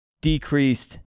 decreased